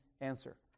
answer